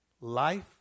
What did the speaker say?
life